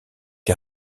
les